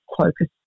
focus